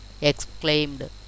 exclaimed